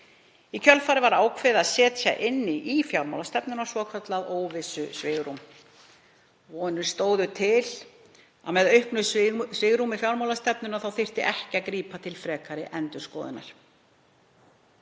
Í kjölfarið var ákveðið að setja inn í fjármálastefnu svokallað óvissusvigrúm. Vonir stóðu til þess að með auknu svigrúmi fjármálastefnu þyrfti ekki að grípa til frekari endurskoðunar